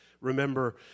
Remember